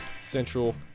Central